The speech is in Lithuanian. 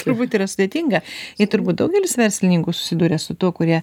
turbūt yra sudėtinga jie turbūt daugelis verslininkų susiduria su tuo kurie